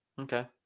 Okay